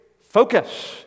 focus